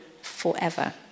forever